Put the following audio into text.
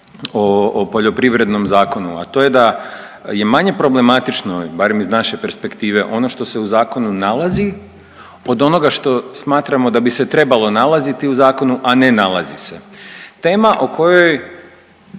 o poljoprivrednom zakonu, a to je da je manje problematično, barem iz naše perspektive ono što se u zakonu nalazi od onoga što smatramo da bi se trebalo nalaziti u zakonu, a ne nalazi se. Tema o kojoj